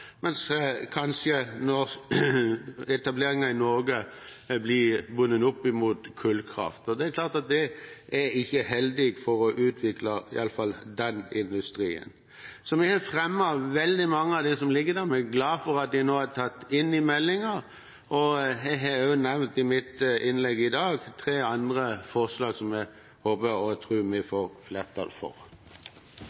mens etableringen i Norge kanskje blir bundet opp mot kullkraft. Det er klart at det ikke er heldig for å utvikle iallfall den industrien. Så vi har fremmet veldig mange av de forslagene som ligger der, og vi er glad for at de nå er tatt inn i meldingen. Jeg har også nevnt i mitt innlegg i dag tre andre forslag som jeg håper og tror vi